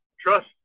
trust